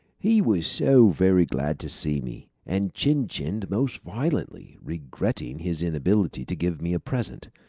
he was so very glad to see me, and chin-chinned most violently, regretting his inability to give me a present,